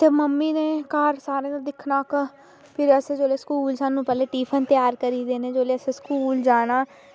ते मम्मी नै घर सारे दिक्खना इक्क ते फिर असें जेल्लै शामीं स्कूल जाना ते फिर सानूं त्यार करी जंदे जेल्लै स्हानू स्कूल जाना